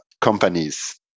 companies